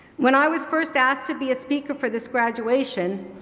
when i was first asked to be a speaker for this graduation,